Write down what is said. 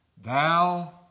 thou